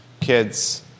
kids